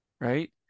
right